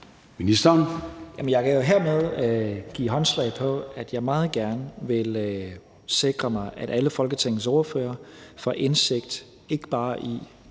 Tesfaye): Jeg kan jo hermed give håndslag på, at jeg meget gerne vil sikre mig, at alle Folketingets ordførere ikke bare